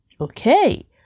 Okay